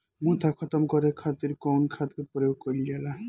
मोथा खत्म करे खातीर कउन खाद के प्रयोग कइल जाला?